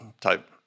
type